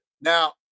now